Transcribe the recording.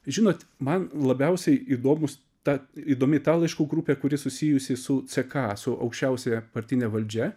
žinot man labiausiai įdomus ta įdomi ta laiškų grupė kuri susijusi su ck su aukščiausia partine valdžia